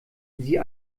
sie